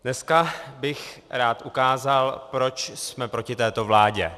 Dneska bych rád ukázal, proč jsme proti této vládě.